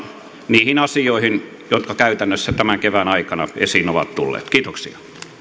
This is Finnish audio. niihin asioihin jotka käytännössä tämän kevään aikana esiin ovat tulleet kiitoksia